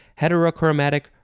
heterochromatic